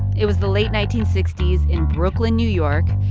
it was the late nineteen sixty s in brooklyn, new york.